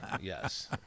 yes